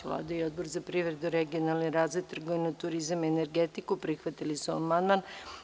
Vlada i Odbor za privredu, regionalni razvoj, trgovinu, turizam i energetiku, prihvatili su amandman.